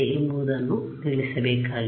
ಎಂಬುದನ್ನು ತಿಳಿಯಬೇಕಾಗಿದೆ